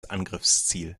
angriffsziel